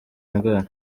ndwara